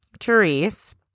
Therese